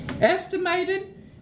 Estimated